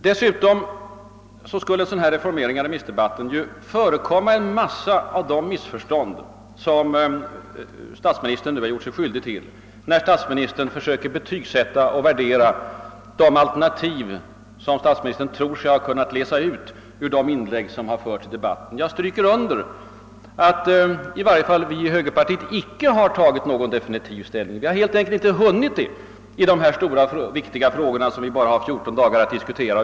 Dessutom skulle en reformering av remissdebatten förebygga en mängd av de missförstånd som statsministern nu har gjort sig skyldig till, när han försö ker betygsätta och värdera de alternativ som han tror sig ha kunnat läsa ut ur de inlägg som gjorts i debatten. Jag stryker under att i varje fall vi i högerpartiet inte har tagit någon definitiv ställning. Vi har helt enkelt inte hunnit göra det i dessa stora och viktiga frågor, som vi bara har 14 dagar på oss att diskutera.